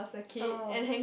oh